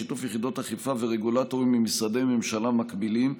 בשיתוף יחידות אכיפה ורגולטורים ממשרדי ממשלה מקבילים,